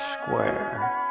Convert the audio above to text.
square